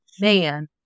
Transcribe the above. man